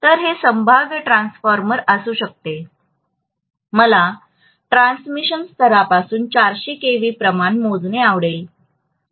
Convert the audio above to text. तर हे संभाव्य ट्रान्सफॉर्मर असू शकते मला ट्रान्समिशन स्तरापासून 400 केव्ही प्रमाण मोजणे आवडेल